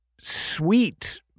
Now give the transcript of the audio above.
sweet